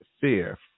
fear